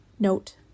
Note